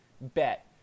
bet